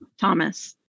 Thomas